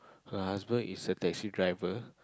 her husband is a taxi driver